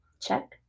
Check